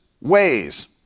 ways